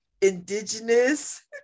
indigenous